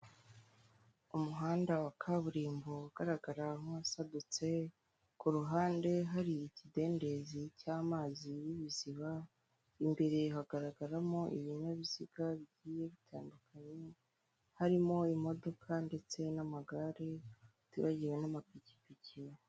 Umuhanda wa kaburimbo, ugaragara nk'uwasadutse, ku ruhande hari ikidendezi cy'amazi y'ibiziba, imbere hagaragaramo ibinyabiziga bigiye bitandukanye, harimo imodoka ndetse n'amagare, utibagiwe n'amapikipiki.